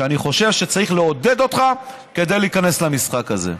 שאני חושב שצריך לעודד אותך כדי להיכנס למשחק הזה.